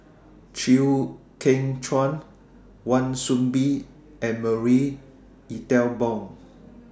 Chew Kheng Chuan Wan Soon Bee and Marie Ethel Bong